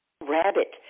rabbit